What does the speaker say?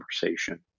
conversation